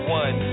one